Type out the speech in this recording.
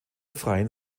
freien